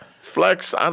Flex